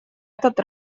этот